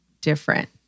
different